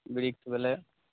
बृक्ष भेलै